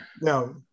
no